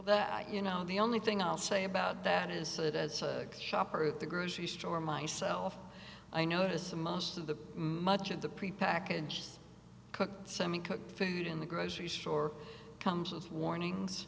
that you know the only thing i'll say about that is that as a shopper at the grocery store myself i notice the most of the much of the prepackaged cooked semi cooked food in the grocery store comes with warnings